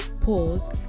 pause